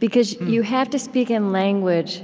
because you have to speak in language